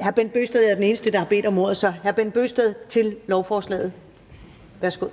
hr. Bent Bøgsted, er den eneste, der har bedt om ordet, så hr. Bent Bøgsted får ordet om lovforslaget. Værsgo.